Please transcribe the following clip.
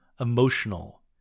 emotional